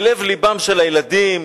בלב לבם של הילדים.